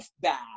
bad